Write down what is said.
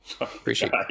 Appreciate